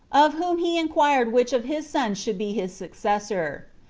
of whom he inquired which of his sons should be his successor.